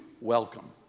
Welcome